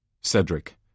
Cedric